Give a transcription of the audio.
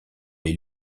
les